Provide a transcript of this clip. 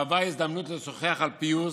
מהווה הזדמנות לשוחח על פיוס,